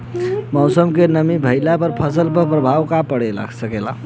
मौसम में नमी भइला पर फसल पर प्रभाव पड़ सकेला का?